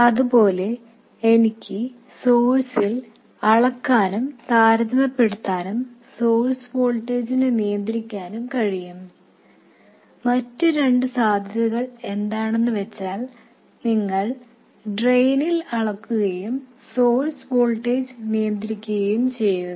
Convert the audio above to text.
അതുപോലെ എനിക്ക് സോഴ്സിൽ അളക്കാനും താരതമ്യപ്പെടുത്താനും സോഴ്സ് വോൾട്ടേജിനെ നിയന്ത്രിക്കാനും കഴിയും മറ്റ് രണ്ട് സാധ്യതകൾ എന്താണെന്നു വെച്ചാൽ നിങ്ങൾ ഡ്രെയിനിൽ അളക്കുകയും സോഴ്സ് വോൾട്ടേജ് നിയന്ത്രിക്കുകയും ചെയ്യുക